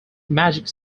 magic